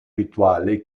rituale